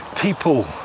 people